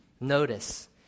Notice